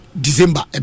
December